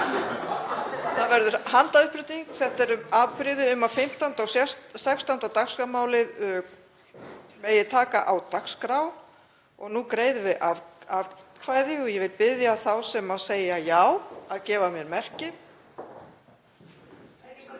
Það verður handaupprétting. Þetta eru afbrigði um hvort 15. og 16. dagskrármálið megi taka á dagskrá og nú greiðum við atkvæði. Ég vil biðja þá sem segja já að gefa mér merki.